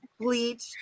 bleach